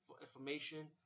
information